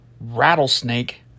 Rattlesnake